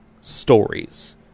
stories